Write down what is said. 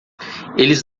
eles